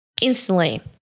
Instantly